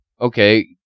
okay